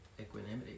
equanimity